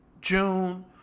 june